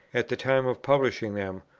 at the time of publishing them,